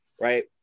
right